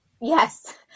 Yes